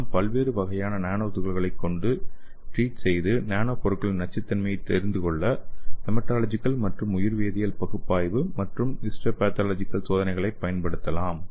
நாம் பல்வேறு வகையான நானோ துகள்களை கொண்டு ட்ரீட் செய்து நானோ பொருட்களின் நச்சுத்தன்மையை தெரிந்து கொள்ள ஹீமாட்டாலஜிகல் மற்றும் உயிர்வேதியியல் பகுப்பாய்வு மற்றும் ஹிஸ்டோபேதாலஜிகல் சோதனைகளை பயன் படுத்தலாம்